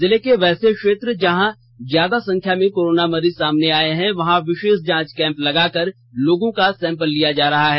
जिले के वैसे क्षेत्र जहां से ज्यादा संख्या में कोरोना मरीज सामने आए हैं वहां विशेष जांच कँप लगाकर लोगों का सँपल लिया जा रहा है